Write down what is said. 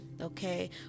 okay